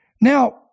Now